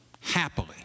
happily